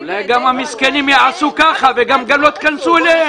אולי המסכנים גם יעשו ככה וגם לא תיכנסו אליהם.